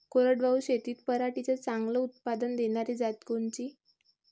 कोरडवाहू शेतीत पराटीचं चांगलं उत्पादन देनारी जात कोनची?